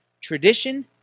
Tradition